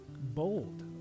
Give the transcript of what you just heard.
bold